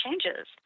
changes